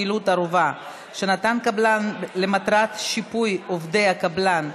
חילוט ערובה שנתן קבלן למטרת שיפוי עובדי הקבלן),